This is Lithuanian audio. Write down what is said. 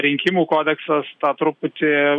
rinkimų kodeksas tą truputį